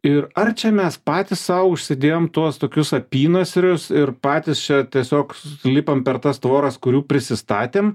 ir ar čia mes patys sau užsidėjom tuos tokius apynasrius ir patys čia tiesiog lipam per tas tvoras kurių prisistatėm